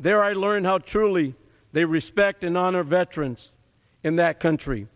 there i learned how truly they respect and honor veterans in that country